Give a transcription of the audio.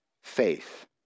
faith